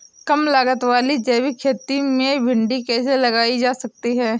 कम लागत वाली जैविक खेती में भिंडी कैसे लगाई जा सकती है?